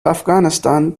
afghanistan